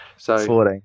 Fourteen